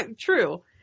true